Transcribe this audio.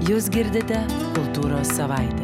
jūs girdite kultūrą savaime